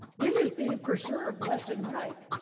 it is be preserved left and right,